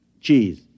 Cheese